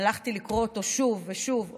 הלכתי לקרוא אותו שוב ושוב,